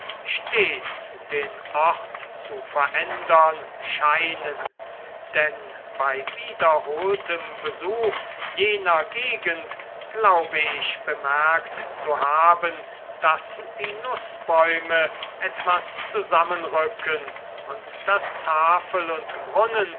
stets den ort zu verändern scheinen denn bei wiederholtem besuch jener gegend glaube ich bemerkt zu haben daß die nußbäume etwas zusammenrücken und daß tafel und brunnen